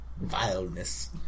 vileness